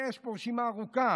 יש פה רשימה ארוכה.